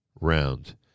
round